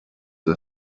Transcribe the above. the